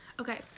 Okay